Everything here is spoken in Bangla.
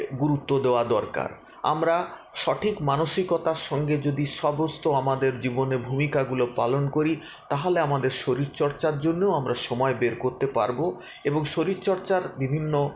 গুরুত্ব দেওয়া দরকার আমরা সঠিক মানসিকতার সঙ্গে যদি সমস্ত আমাদের জীবনের ভূমিকাগুলো পালন করি তাহলে আমাদের শরীচর্চার জন্যেও আমরা সময় বের করতে পারবো এবং শরীরচর্চার বিভিন্ন